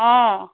অঁ